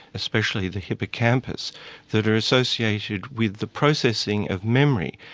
especially the hippocampu s that are associated with the processing of memory,